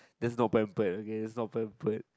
there's not pamper okay is not pampered